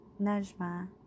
Najma